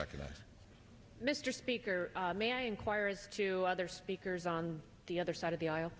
recognized mr speaker may inquire as to other speakers on the other side of the aisle